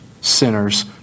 sinners